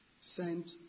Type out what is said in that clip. sent